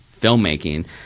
filmmaking